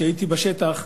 כשהייתי בשטח,